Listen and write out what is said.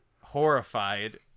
Horrified